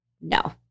no